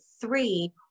three